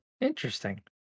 Interesting